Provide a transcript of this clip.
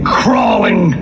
crawling